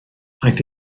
aeth